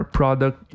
product